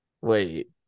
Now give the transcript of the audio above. wait